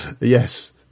Yes